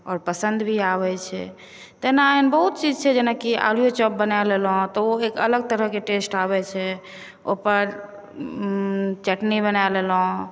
पसन्द भी आबै छै तहिना एहन बहुत चीज छै जेनाकि आलुए चॉप बना लेलहुँ तऽ ओ एक अलग तरहके टेस्ट आबै छै ओहिपर चटनी बना लेलहुँ